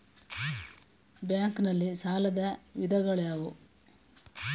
Bank ನಲ್ಲಿ ಸಾಲದ ವಿಧಗಳಾವುವು?